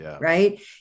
right